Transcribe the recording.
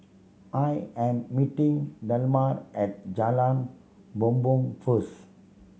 I am meeting Delmar at Jalan Bumbong first